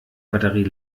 batterie